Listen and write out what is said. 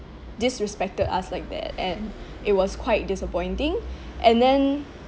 disrespected us like that and it was quite disappointing and then